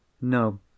no